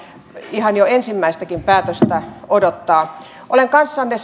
ihan jo ensimmäistäkin päätöstä odottaa olen kanssanne